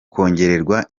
kongererwa